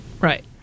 right